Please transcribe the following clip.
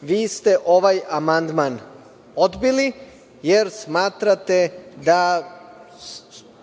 vi ste ovaj amandman odbili, jer smatrate da